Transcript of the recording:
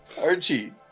Archie